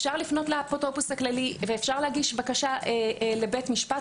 אפשר לפנות לאפוטרופוס הכללי ואפשר להגיש בקשה לבית משפט.